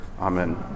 amen